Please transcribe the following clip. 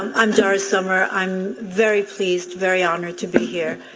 um i'm doris sommer. i'm very pleased, very honored to be here,